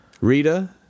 Rita